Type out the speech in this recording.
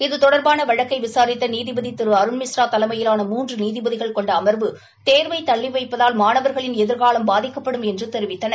இது தொடர்பான வழக்கை விசாரித்த நீதிபதி திரு அருண்மிஸ்ரா தலைமையிவான மூன்று நீதிபதிகள் கொண்ட அமர்வு தோவை தள்ளி வைப்பதால் மாணவர்களின் எதிர்காலம் பாதிக்கப்படும் என்று தெரிவித்தனர்